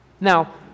now